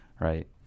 Right